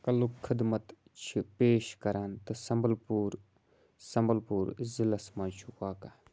کَلُک خٔدمت چھِ پیش کران تہٕ سمبَل پوٗر سمبَل پوٗر ضلعس مَنٛز چھُ واقعہٕ